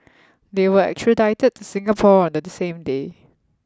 they were extradited to Singapore on the same day